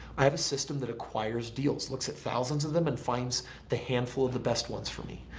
i have a system that acquires deals. looks at thousands of them and finds the handful of the best ones for me.